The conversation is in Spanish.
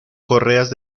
correas